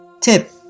Tip